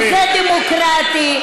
וזה דמוקרטי.